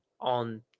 on